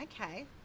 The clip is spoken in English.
Okay